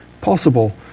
possible